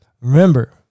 Remember